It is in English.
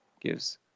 Gives